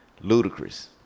ludicrous